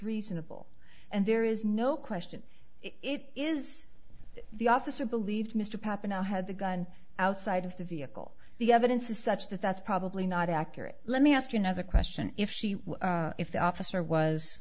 reasonable and there is no question it is the officer believed mr pappano had the gun outside of the vehicle the evidence is such that that's probably not accurate let me ask another question if she if the officer was